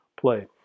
play